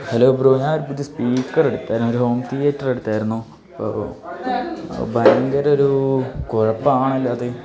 hello bro ഞാൻ ഒരു പുതിയ സ്പീക്കറെടുത്തായിരുന്നു ഒരു ഹോം തിയേറ്ററെടുത്തായിരുന്നു അത് ഭയങ്കരമൊരൂ കുഴപ്പമാണല്ലൊ അത്